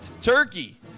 turkey